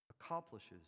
accomplishes